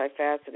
multifaceted